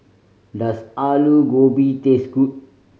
does Aloo Gobi taste good